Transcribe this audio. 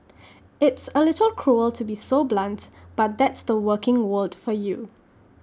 it's A little cruel to be so blunt but that's the working world for you